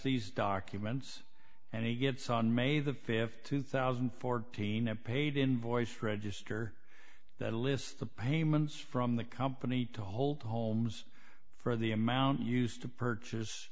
these documents and he gets on may the th two thousand and fourteen a paid invoice register that lists the payments from the company to hold homes for the amount used to purchase